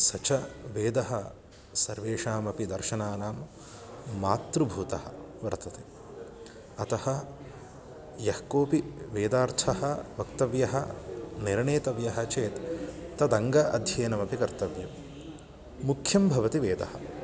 स च वेदः सर्वेषामपि दर्शनानां मातृभूतः वर्तते अतः यः कोपि वेदार्थः वक्तव्यः निर्णेतव्यः चेत् तदङ्ग अध्ययनमपि कर्तव्यं मुख्यं भवति वेदः